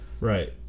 Right